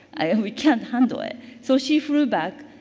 we can't handle it. so, she flew back.